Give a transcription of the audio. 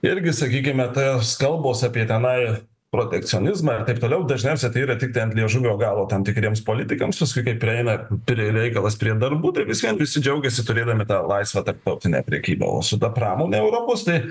irgi sakykime tos kalbos apie tenai protekcionizmą ir taip toliau dažniausia tai yra tik ant liežuvio galo tam tikriems politikamspaskui kai prieina prie reikalas prie darbų tai vis vien visi džiaugiasi turėdami tą laisvą tarptautinę prekybą o su ta pramone europos tai